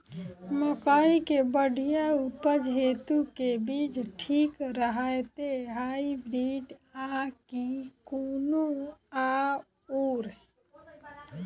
मकई केँ बढ़िया उपज हेतु केँ बीज ठीक रहतै, हाइब्रिड आ की कोनो आओर?